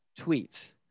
tweets